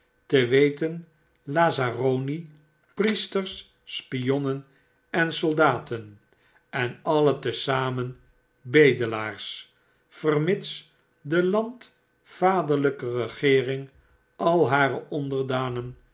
te weten lazzaroni priesters spionnen en soldaten en alien te zamen bedelaars vermits de landvaderlyke regeering al hare onderdanen